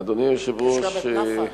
אדוני היושב-ראש,